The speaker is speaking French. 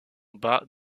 bas